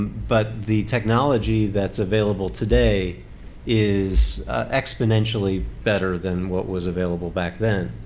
but the technology that's available today is exponentially better than what was available back then.